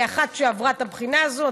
כאחת שעברה את הבחינה הזאת,